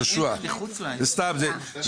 יהושע, זו טעות.